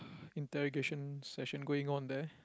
interrogation session going on there